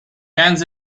hands